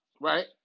right